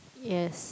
yes